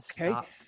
Okay